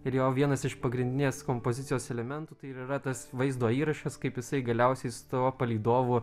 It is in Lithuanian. ir jo vienas iš pagrindinės kompozicijos elementų tai ir yra tas vaizdo įrašas kaip jisai galiausiai su tuo palydovu